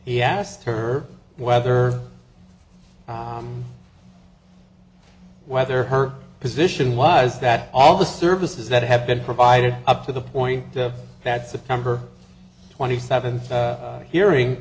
her whether whether her position was that all the services that have been provided up to the point that september twenty seventh hearing